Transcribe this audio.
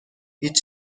هیچ